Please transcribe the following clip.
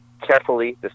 carefully